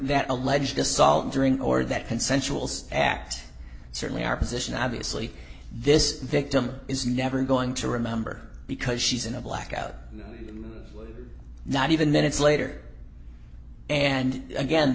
that alleged assault during or that consensual act certainly our position obviously this victim is never going to remember because she's in a blackout not even minutes later and again